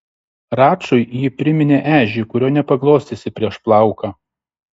račui ji priminė ežį kurio nepaglostysi prieš plauką